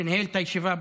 שניהל את הישיבה,